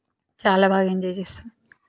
చాలా బాగా ఎంజాయ్ చేస్తాం